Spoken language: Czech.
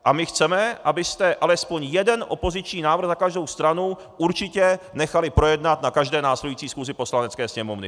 A my chceme, abyste alespoň jeden opoziční návrh za každou stranu určitě nechali projednat na každé následující schůzi Poslanecké sněmovny.